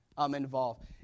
Involved